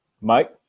Mike